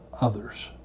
others